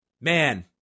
Man